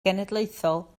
genedlaethol